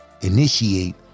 initiate